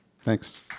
Thanks